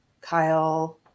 Kyle